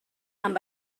amb